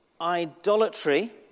idolatry